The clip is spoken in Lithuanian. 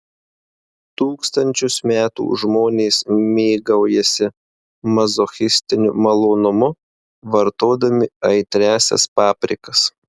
tūkstančius metų žmonės mėgaujasi mazochistiniu malonumu vartodami aitriąsias paprikas